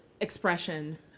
expression